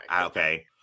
Okay